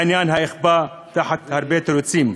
בעניין האכיפה, תחת הרבה תירוצים,